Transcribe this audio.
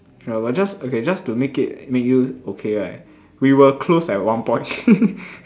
ya but just okay just to make it make you okay right we were close at one point